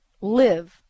live